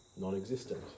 Non-existent